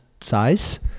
size